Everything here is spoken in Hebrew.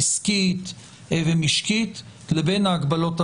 עסקית ומשקית לבין ההגבלות